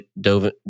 dove